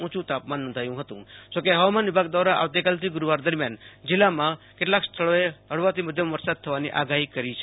ઉંચુ તાપમાન નોંધાયુ હતું જો કે હવામાન વિભાગ દ્રારા આવતીકાલથી ગુરૂવાર દરમિયાન જીલ્લામાં કેટલાક સ્થળોએ હળવાથી મધ્યમ વરસાદ વરસવાની આગાહી કરી છે